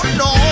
no